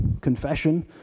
confession